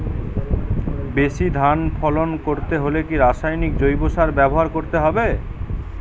বেশি ধান ফলন করতে হলে কি রাসায়নিক জৈব সার ব্যবহার করতে হবে?